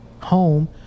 home